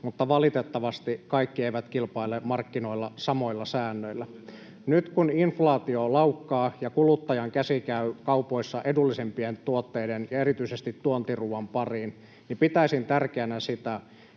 mutta valitettavasti kaikki eivät kilpaile markkinoilla samoilla säännöillä. Nyt, kun inflaatio laukkaa ja kuluttajan käsi käy kaupoissa edullisempien tuotteiden ja erityisesti tuontiruuan pariin, pitäisin tärkeänä sitä,